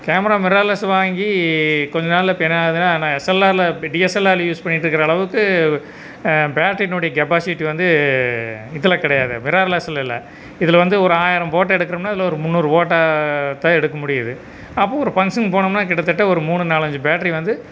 camera mirrorless வாங்கி கொஞ்சம் நாள் இப்போ என்ன ஆகுதுன்னா நான் எஸ்எல்ஆரில் இப் டிஎஸ்எல்ஆரில் யூஸ் பண்ணிட்டு இருக்கிற அளவுக்கு பேட்டரினுடைய கெப்பாசிட்டி வந்து இதில் கிடையாது மிரர்லெஸில் இல்லை இதில் வந்து ஒரு ஆயிரம் போட்டோ எடுக்கிறோம்ன்னா இதில் ஒரு முந்நூறு போட்டா தான் எடுக்க முடியுது அப்போ ஒரு ஃபங்க்ஷனுக்கு போனோம்ன்னா கிட்டத்தட்ட ஒரு மூணு நாலஞ்சு பேட்ரி வந்து